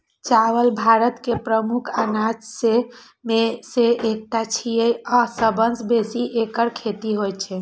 चावल भारत के प्रमुख अनाज मे सं एकटा छियै आ सबसं बेसी एकरे खेती होइ छै